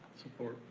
support.